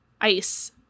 ice